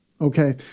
Okay